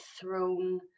thrown